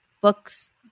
books